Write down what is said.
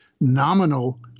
nominal